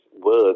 words